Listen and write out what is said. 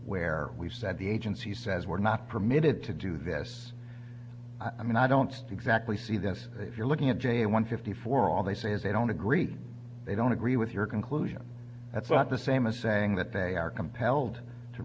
where we've said the agency says we're not permitted to do this i mean i don't stick zack we see this if you're looking at j one fifty four all they say is they don't agree they don't agree with your conclusion that's not the same as saying that they are compelled to